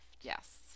Yes